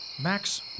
Max